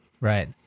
Right